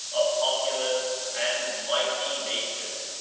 a populous and mighty nation,